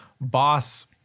boss